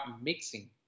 mixing